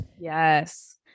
Yes